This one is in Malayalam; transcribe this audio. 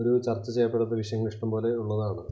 ഒരു ചർച്ചചെയ്യപ്പെടേണ്ട വിഷയങ്ങൾ ഇഷ്ടംപോലെ ഉള്ളതാണ്